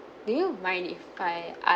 do you mind if I ask